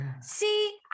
See